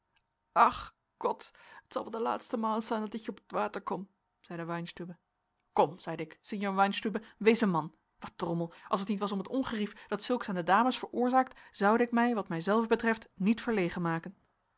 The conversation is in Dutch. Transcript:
ach kot t zal wel de laatste maal seijn dat ich op t water kom zeide weinstübe kom zeide ik sinjeur weinstübe wees een man wat drommel als het niet was om het ongerief dat zulks aan de dames veroorzaakt zoude ik mij wat mijzelven betreft niet verlegen maken